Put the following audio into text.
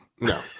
No